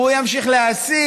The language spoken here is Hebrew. הוא ימשיך להסית,